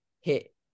hit